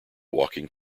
walking